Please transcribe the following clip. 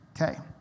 Okay